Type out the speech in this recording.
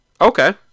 Okay